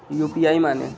UPI माने?